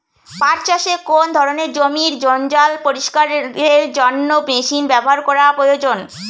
পাট চাষে কোন ধরনের জমির জঞ্জাল পরিষ্কারের জন্য মেশিন ব্যবহার করা প্রয়োজন?